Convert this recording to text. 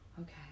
Okay